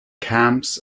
camps